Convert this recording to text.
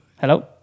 Hello